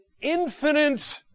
infinite